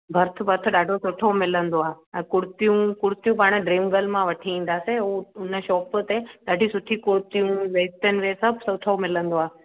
भर्थ बर्थ ॾाढो सुठो मिलंदो आहे ऐं कुर्तियूं कुर्तियूं पाणे ड्रीम गर्ल मां वठी ईंदासीं हू हुन शॉप ते ॾाढी सुठियूं कुर्तियूं वेस्टर्न में सभु सुठो मिलंदो आहे